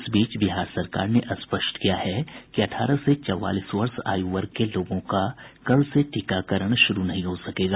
इस बीच बिहार सरकार ने स्पष्ट किया है कि अठारह से चौवालीस वर्ष आयु वर्ग के लोगों का कल से टीकाकरण शुरू नहीं हो सकेगा